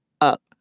up